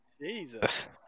Jesus